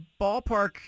ballpark